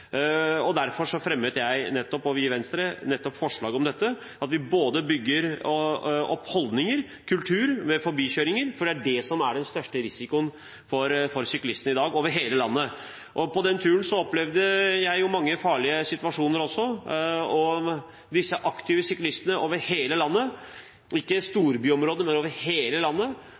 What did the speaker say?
Derfor fremmet jeg og Venstre forslag om nettopp dette, at vi må bygge både holdninger til og en kultur for forbikjøringer, for det er det som er den største risikoen for syklistene over hele landet i dag. På den turen opplevde også jeg mange farlige situasjoner, og disse aktive syklistene over hele landet – ikke